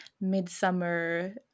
midsummer